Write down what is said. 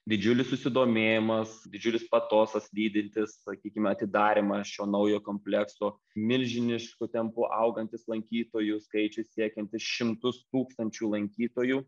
didžiulis susidomėjimas didžiulis patosas lydintis sakykim atidarymą šio naujo komplekso milžinišku tempu augantis lankytojų skaičius siekiantis šimtus tūkstančių lankytojų